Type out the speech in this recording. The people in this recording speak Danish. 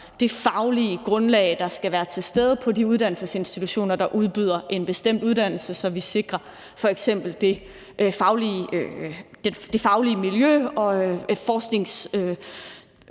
det faglige grundlag, der skal være til stede på de uddannelsesinstitutioner, der udbyder en bestemt uddannelse, så vi sikrer f.eks. det faglige miljø og forskningsgrundlaget